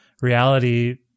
Reality